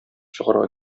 чыгарга